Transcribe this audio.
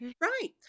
Right